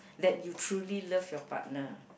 that you truly love your partner